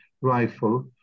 rifle